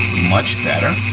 much better?